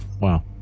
Wow